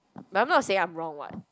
but I'm not saying I'm wrong [what]